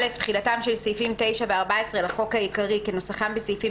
4.(א)תחילתם של סעיפים 9 ו-14 לחוק העיקרי כנוסחם בסעיפים